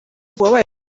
wabaye